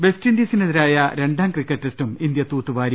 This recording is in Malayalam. വെസ്റ്ഇൻഡീസിനെതിരായ രണ്ടാം ക്രിക്കറ്റ് ടെസ്റ്റും ഇന്ത്യ തൂത്തുവാരി